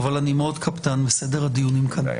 אבל יש לי הערה לסדר לפני זה.